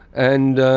and